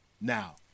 Now